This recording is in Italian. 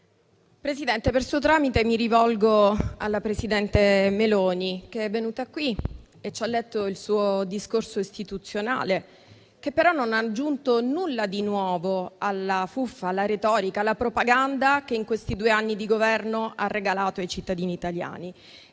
Presidente, per suo tramite, mi rivolgo alla presidente Meloni che è venuta qui e ci ha letto il suo discorso istituzionale, che però non ha aggiunto nulla di nuovo alla fuffa, alla retorica e alla propaganda che in questi due anni di Governo ha regalato ai cittadini italiani.